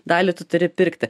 dalį tu turi pirkti